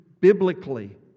biblically